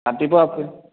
কাটি থোৱা আছে